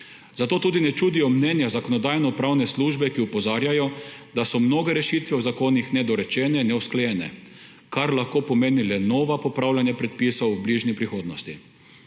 Zato tudi ne čudijo mnenja Zakonodajno-pravne službe, ki opozarjajo, da so mnoge rešitve v zakonih nedorečene in neusklajene, kar lahko pomeni le nova popravljanja predpisov v bližnji prihodnosti.